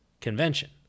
convention